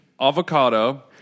avocado